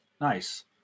Nice